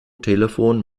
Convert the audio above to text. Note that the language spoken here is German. telefon